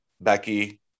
Becky